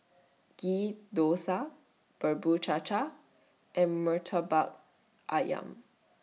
Ghee Thosai Bubur Cha Cha and Murtabak Ayam